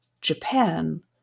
Japan